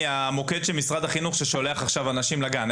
המוקד של משרד החינוך ששולח עכשיו אנשים לגן.